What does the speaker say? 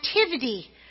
activity